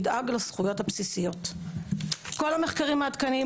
נמצאות במאבק חריף סביב חוק האזיקונים האלקטרוניים.